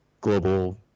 global